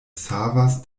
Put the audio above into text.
savas